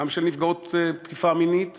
גם של נפגעות תקיפה מינית